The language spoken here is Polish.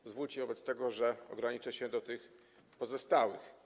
Pozwólcie wobec tego, że ograniczę się do tych pozostałych.